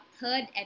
third